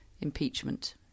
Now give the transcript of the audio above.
impeachment